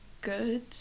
good